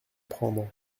prendre